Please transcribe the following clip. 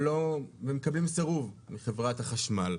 והם מקבלים סירוב מחברת החשמל.